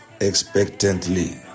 expectantly